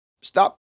stop